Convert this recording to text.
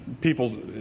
people